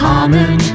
Common